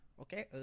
Okay